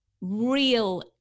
real